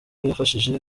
yabashije